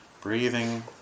breathing